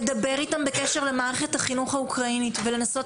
לדבר איתם בקשר למערכת החינוך האוקראינית ולנסות